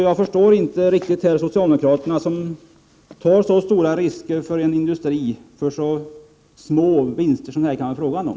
Jag förstår inte socialdemokraterna som tar så stora risker för en industri för så små vinster som det här kan vara fråga om.